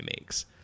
makes